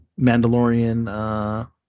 Mandalorian